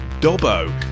Dobbo